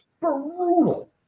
brutal